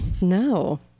no